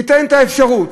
תיתן את האפשרות,